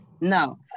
no